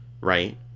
right